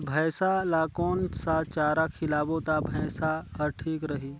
भैसा ला कोन सा चारा खिलाबो ता भैंसा हर ठीक रही?